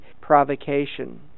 provocation